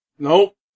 Nope